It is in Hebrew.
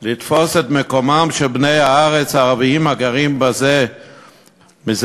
לתפוס את מקומם של בני הארץ הערבים הגרים בה זה דורות?